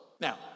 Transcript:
Now